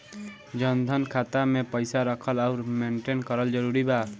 जनधन खाता मे पईसा रखल आउर मेंटेन करल जरूरी बा?